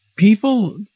People